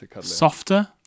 Softer